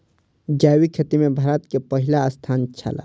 जैविक खेती में भारत के पहिल स्थान छला